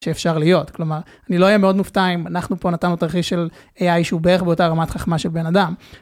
שאפשר להיות, כלומר, אני לא אהיה מאוד מופתע אם אנחנו פה נתנו תרחיש של AI שהוא בערך באותה רמת חכמה של בן אדם.